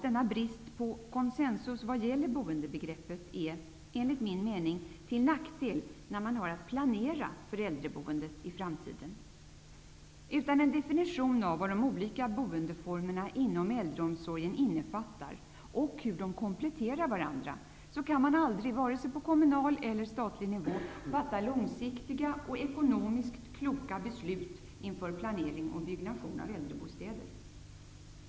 Denna brist på konsensus vad gäller boendebegreppet är, enligt min mening, till nackdel när man har att planera för äldreboendet i framtiden. Utan en definition av vad de olika boendeformerna inom äldreomsorgen innefattar och hur de kompletterar varandra kan man aldrig, vare sig på kommunal eller statlig nivå, fatta långsiktiga och ekonomiskt kloka beslut inför planering och byggnation av äldrebostäder.